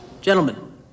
Gentlemen